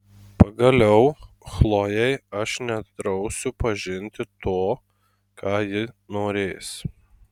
pagaliau chlojei aš nedrausiu pažinti to ką ji norės